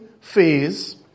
phase